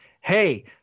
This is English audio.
hey